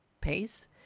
pace